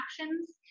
actions